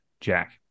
Jack